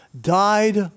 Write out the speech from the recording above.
died